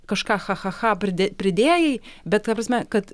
kažką cha cha cha pridė pridėjai bet ta prasme kad